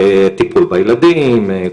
טיפול בילדים,